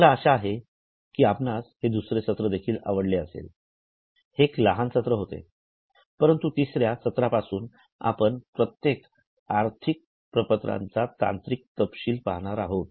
मला आशा आहे की आपणास हे दुसरे सत्रदेखील आवडले असेल हे एक लहान सत्र होते परंतु तिसऱ्या सत्रापासून आपण प्रत्येक आर्थिक प्रपत्राचा तांत्रिक तपशील पाहणार आहोत